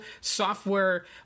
software